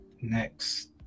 next